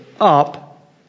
up